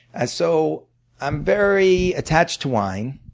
ah so i'm very attached to wine,